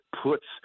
puts